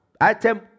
item